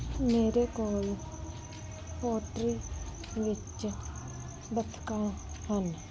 ਮੇਰੇ ਕੋਲ ਪੋਟਰੀ ਵਿੱਚ ਬੱਤਖਾਂ ਹਨ